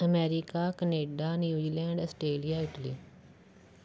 America Canada New Zealand Australia Italy